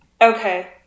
okay